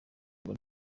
ngo